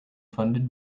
funded